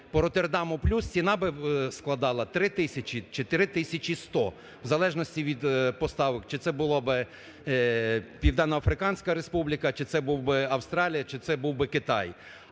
по "Роттердаму плюс" ціна б складала 3 тисячі чи 3 тисячі 100, в залежності від поставок, чи це була б Південно-Африканська Республіка, чи це була б Австралія, чи це був би Китай.